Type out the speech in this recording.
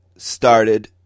Started